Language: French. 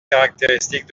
caractéristique